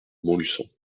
montluçon